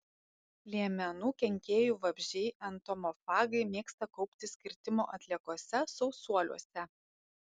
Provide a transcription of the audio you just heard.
liemenų kenkėjų vabzdžiai entomofagai mėgsta kauptis kirtimo atliekose sausuoliuose